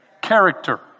character